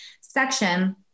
section